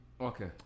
Okay